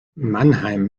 mannheim